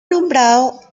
nombrado